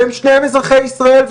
והם שניהם אזרחי ישראל,